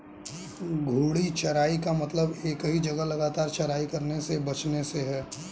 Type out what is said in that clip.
घूर्णी चराई का मतलब एक ही जगह लगातार चराई करने से बचने से है